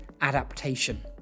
adaptation